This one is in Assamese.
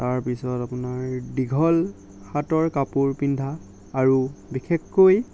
তাৰপিছত আপোনাৰ দীঘল হাতৰ কাপোৰ পিন্ধা আৰু বিশেষকৈ